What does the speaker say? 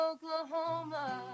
Oklahoma